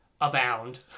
abound